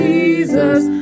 Jesus